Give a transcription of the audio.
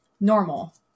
normal